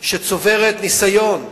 שצוברת ניסיון,